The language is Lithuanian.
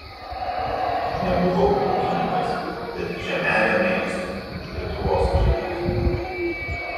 nebuvau ūkininkas bet žemelę mėgstu lietuvos žemelę